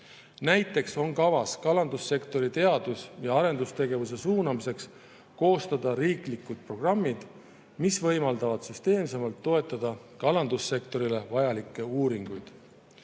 Näiteks on kavas kalandussektori teadus‑ ja arendustegevuse suunamiseks koostada riiklikud programmid, mis võimaldavad süsteemsemalt toetada kalandussektorile vajalikke uuringuid. Samuti